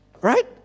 right